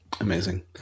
amazing